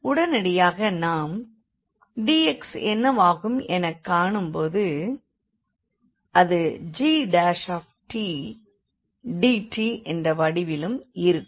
உடனடியாக நாம் dxஎன்னவாகும் எனக் காணும்போது அது gdtஎன்ற வடிவிலும் இருக்கும்